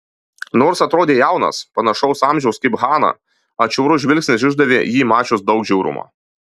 nors atrodė jaunas panašaus amžiaus kaip hana atšiaurus žvilgsnis išdavė jį mačius daug žiaurumo